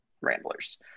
Ramblers